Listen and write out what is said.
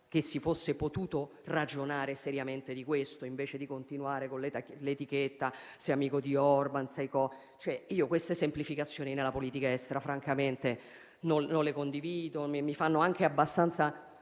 che si fosse potuto ragionare seriamente di questo, invece di continuare con l'etichetta «Sei amico di Orbán». Io queste semplificazioni nella politica estera francamente non le condivido e mi fanno anche abbastanza